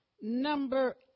number